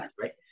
right